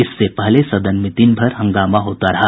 इससे पहले सदन में दिन भर हंगामा होता रहा